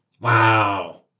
Wow